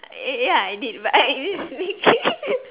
eh ya I did but I